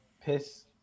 piss